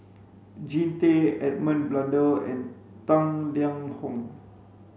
Jean Tay Edmund Blundell and Tang Liang Hong